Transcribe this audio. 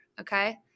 okay